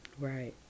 Right